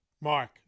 Mark